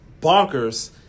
bonkers